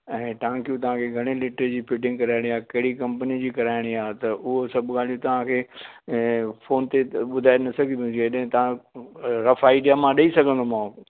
ऐं टांकियूं तव्हां खे घणे लीटर जी फिटिंग कराइणी आहे कहिड़ी कंपनियूं जी कराइणी आहे त उहो सभु ॻाल्हियूं तव्हां खे ऐं फ़ोन ते त ॿुधाए न सघंदुमि हेॾे तव्हां रफ़ आइडिया मां ॾेई सघंदोमांव